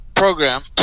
program